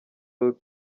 aho